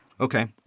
Okay